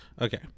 okay